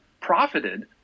profited